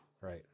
Right